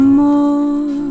more